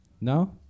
No